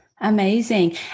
Amazing